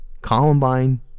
Columbine